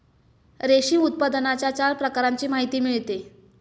रेशीम उत्पादनाच्या चार प्रकारांची माहिती मिळते